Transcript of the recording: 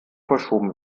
verschoben